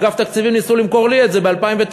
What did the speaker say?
אגף תקציבים ניסו למכור לי את זה ב-2009,